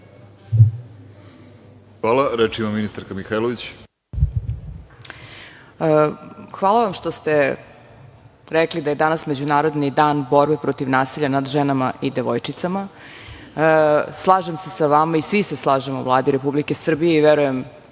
Mihajlović. **Zorana Mihajlović** Hvala vam što ste rekli da je danas Međunarodni dan borbe protiv nasilja nad ženama i devojčicama. Slažem se sa vama i svi se slažemo u Vladi Republike Srbije i verujem